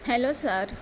hello sir